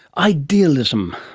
idealism,